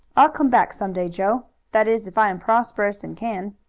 i'll came back some day, joe that is if i am prosperous and can.